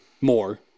more